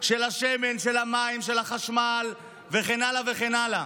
של השמן, של המים, של החשמל וכן הלאה וכן הלאה.